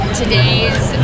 today's